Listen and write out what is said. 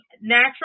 natural